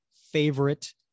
favorite